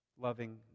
loving